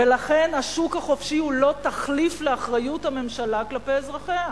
ולכן השוק החופשי הוא לא תחליף לאחריות הממשלה כלפי אזרחיה.